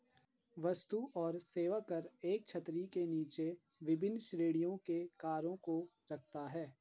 वस्तु और सेवा कर एक छतरी के नीचे विभिन्न श्रेणियों के करों को रखता है